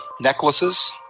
necklaces